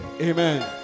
Amen